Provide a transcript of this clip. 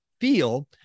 feel